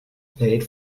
paid